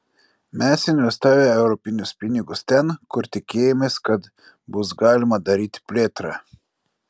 mes investavę europinius pinigus ten kur tikėjomės kad bus galima daryti plėtrą